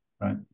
Right